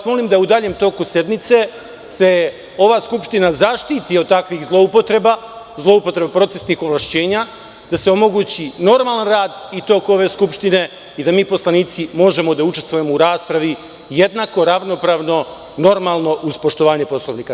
Molim vas da u daljem toku sednice ova Skupština zaštiti od takvih zloupotreba, zloupotreba procesnih ovlašćenja, da se omogući normalan rad i tok ove skupštine i da mi poslanici možemo da učestvujemo u raspravi jednako ravnopravno, normalno uz poštovanje Poslovnika.